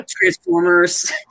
Transformers